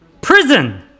prison